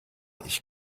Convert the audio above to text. ich